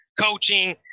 coaching